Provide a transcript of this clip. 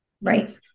right